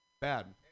bad